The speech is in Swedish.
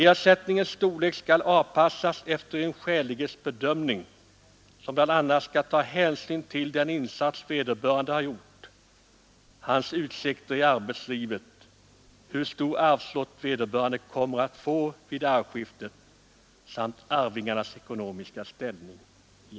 Ersättningens storlek skall avpassas vid en skälighetsbedömning, som bl.a. skall ta hänsyn till den insats vederbörande har gjort, den vårdandes utsikter i arbetslivet, hur stor arvslott vederbörande får vid arvskiftet samt arvingarnas ekonomiska ställning.